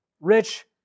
Rich